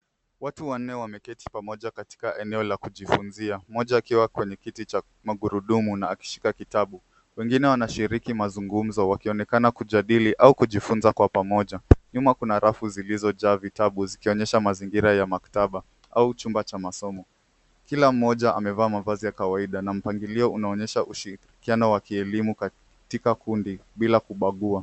Watu wanne wameketi pamoja katika eneo la kujifunzia, mmoja akiwa kwenye kiti cha magurudumu na akishika kitabu. Wengine wanashiriki mazungumzo wakionekana kujadili au kujifunza kwa pamoja. Nyuma kuna rafu zilizojaa vitabu, zikionyesha mazingira ya maktaba au chumba cha masomo. Kila mmoja amevaa mavazi ya kawaida na mpangilio inaonyesha ushirikiano wa kielimu katika kundi bila kubagua.